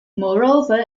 moreover